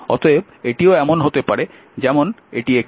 অতএব এটিও এমন হতে পারে যেমন এটি একটি